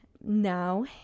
now